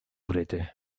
wryty